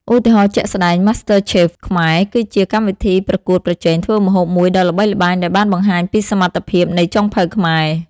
ឧទាហរណ៍ជាក់ស្ដែង MasterChef Khmerគឺជាកម្មវិធីប្រកួតប្រជែងធ្វើម្ហូបមួយដ៏ល្បីល្បាញដែលបានបង្ហាញពីសមត្ថភាពនៃចុងភៅខ្មែរ។